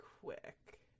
quick